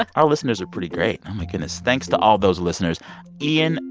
our listeners are pretty great. oh, my goodness. thanks to all those listeners ian,